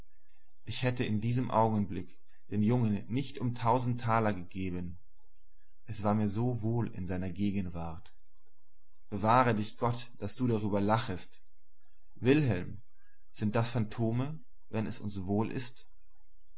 ich hätte in dem augenblick den jungen nicht um tausend taler gegeben es war mir so wohl in seiner gegenwart bewahre dich gott daß du darüber lachest wilhelm sind das phantome wenn es uns wohl ist